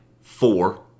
four